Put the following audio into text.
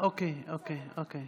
בבקשה, עשר דקות,